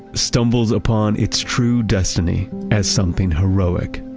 stumbles upon its true destiny as something heroic,